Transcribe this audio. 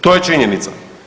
To je činjenica.